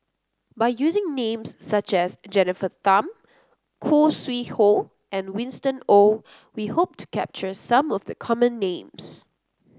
by using names such as Jennifer Tham Khoo Sui Hoe and Winston Oh we hope to capture some of the common names